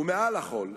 ומעל לכול,